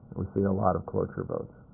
we see a lot of cloture votes.